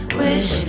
wish